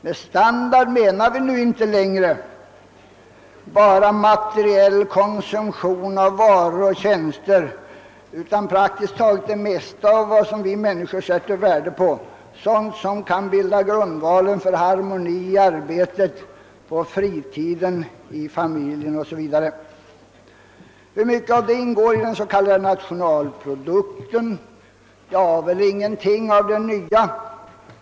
Med standard menar vi nu inte längre bara materiell konsumtion av varor och tjänster, utan praktiskt taget det mesta av det som vi människor sätter värde på, sådant som kan bilda grundvalen för harmoni i arbetet, på fritiden, i familjelivet o.s.v. Hur mycket av detta ingår i den så kallade nationalprodukten? I denna ingår väl ingenting av detta nya.